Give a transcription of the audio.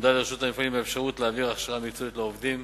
הועמדה לרשות המפעל האפשרות להעביר הכשרה מקצועית לעובדים